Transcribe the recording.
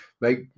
make